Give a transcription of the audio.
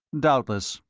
doubtless.